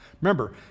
Remember